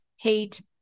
hate